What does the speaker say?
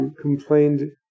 complained